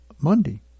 Monday